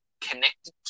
connected